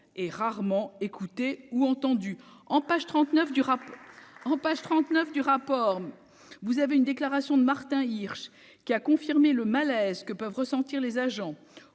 et rarement écoutés ou entendus en page 39 du rap en page 39 du rapport, vous avez une déclaration de Martin Hirsch, qui a confirmé le malaise que peuvent ressentir les agents